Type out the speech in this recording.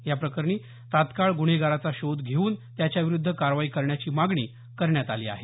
याप्रकरणी तात्काळ गुन्हेगाराचा शोध घेवून त्याच्याविरूद्ध कारवाई करण्याची मागणी करण्यात आली आहे